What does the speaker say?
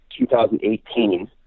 2018